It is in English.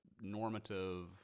normative